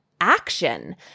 action